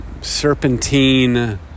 serpentine